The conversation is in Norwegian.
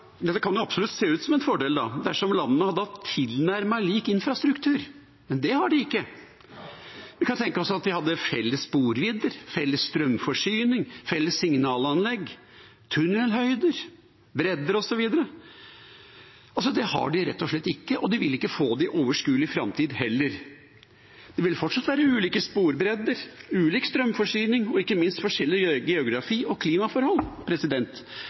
kan absolutt se ut som en fordel, dersom landene hadde hatt en tilnærmet lik infrastruktur, men det har de ikke. Vi kan tenke oss at de hadde felles sporvidder, felles strømforsyning, felles signalanlegg, tunnelhøyder, bredder osv. Det har de rett og slett ikke, og de vil ikke få det i overskuelig framtid heller. Det vil fortsatt være ulike sporbredder, ulik strømforsyning og ikke minst forskjellig geografi og klimaforhold.